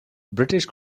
british